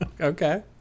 Okay